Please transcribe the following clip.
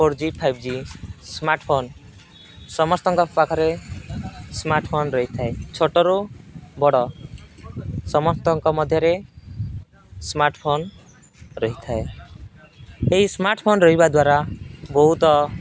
four G five G smartphone ସମସ୍ତଙ୍କ ପାଖରେ smartphone ରହିଥାଏ ଛୋଟରୁ ବଡ଼ ସମସ୍ତଙ୍କ ମଧ୍ୟରେ ସ୍ମାର୍ଟ ଫୋନ ରହିଥାଏ ଏଇ ସ୍ମାର୍ଟ ଫୋନ ରହିବା ଦ୍ୱାରା ବହୁତ